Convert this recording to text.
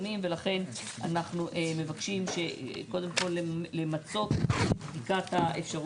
זה בעצם, כאילו לתת אישור